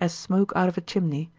as smoke out of a chimney